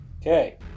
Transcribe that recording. Okay